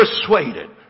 persuaded